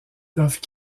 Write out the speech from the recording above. peuvent